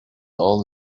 all